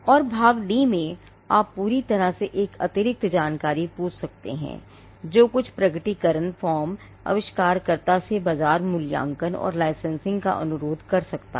और भाग डी में आप पूरी तरह से एक अतिरिक्त जानकारी पूछ सकते हैं है जो कुछ प्रकटीकरण forms आविष्कारकर्ता से बाजार मूल्यांकन और लाइसेंसिंग का अनुरोध कर सकता है